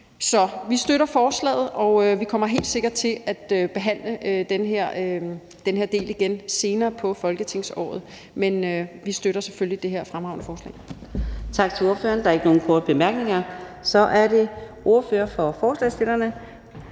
Så vi støtter forslaget. Vi kommer helt sikkert til at behandle den her del igen senere på folketingsåret, men vi støtter selvfølgelig det her fremragende forslag.